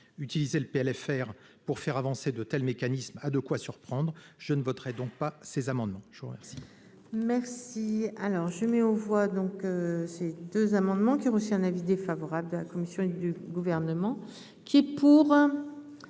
Utiliser le PLFR pour faire avancer de tels mécanismes a de quoi surprendre : je ne voterai donc pas ces amendements. Je mets aux voix